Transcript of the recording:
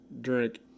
drink